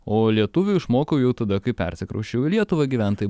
o lietuvių išmokau jau tada kai persikrausčiau į lietuvą gyvent tai